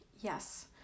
Yes